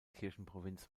kirchenprovinz